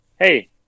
hey